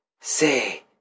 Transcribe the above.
say